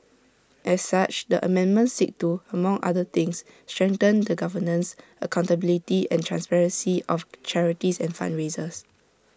as such the amendments seek to among other things strengthen the governance accountability and transparency of charities and fundraisers